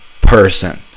person